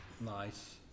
Nice